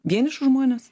vienišus žmones